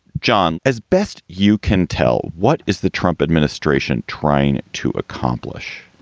john, as best you can tell, what is the trump administration trying to accomplish?